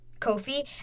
Kofi